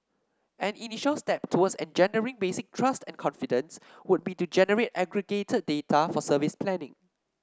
an initial step towards engendering basic trust and confidence would be to generate aggregated data for service planning